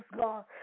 God